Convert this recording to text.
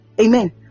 Amen